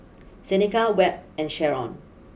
Seneca Webb and Sherron